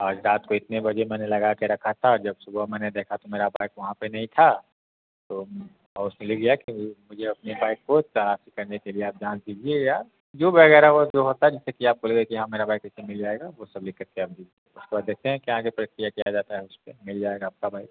आज रात को इतने बजे मैंने लगा के रखा था जब सुबह मैंने देखा तो मेरा बाइक वहाँ पे नहीं था तो उसको ले गया के मुझे अपनी बाइक को जांच करने के लिए आप जाँच कीजिएगा जो वगैरह जो होता है जैसे कि आप बोलेंगे कि हाँ मेरा बाइक उस दिन मिल जाएगा वो सब लिखकर के आप दे दीजिए उसके बाद देखते हैं कि प्रक्रिया क्या जाता है उसपे मिल जाएगा आपका बाइक